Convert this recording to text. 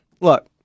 look